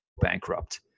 bankrupt